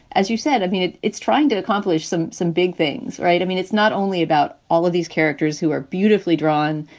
as you said, i mean, it's trying to accomplish some some big things, right? i mean, it's not only all of these characters who are beautifully drawn,